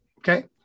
Okay